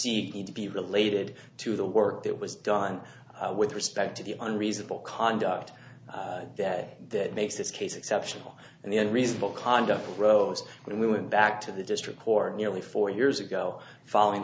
need to be related to the work that was done with respect to the and reasonable conduct that that makes this case exceptional and then reasonable conduct rose when we went back to the district court nearly four years ago following